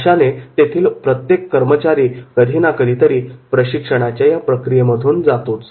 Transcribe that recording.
अशाने तेथील प्रत्येक कर्मचारी कधी ना कधीतरी प्रशिक्षणाच्या या प्रक्रियेमधून जातो